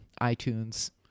iTunes